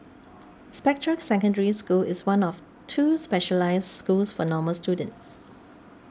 Spectra Secondary School is one of two specialised schools for normal students